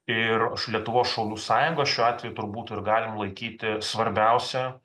ir lietuvos šaulių sąjungą šiuo atveju turbūt ir galim laikyti svarbiausia